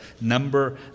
number